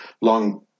long